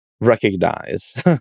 recognize